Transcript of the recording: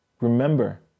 remember